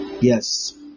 Yes